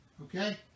Okay